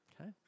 okay